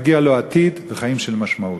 מגיע לו עתיד וחיים של משמעות.